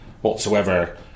whatsoever